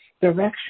direction